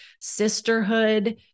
sisterhood